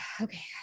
Okay